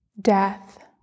death